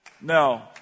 No